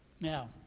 Now